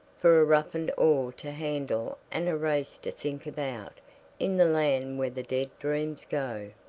for a roughened oar to handle and a race to think about in the land where the dead dreams go.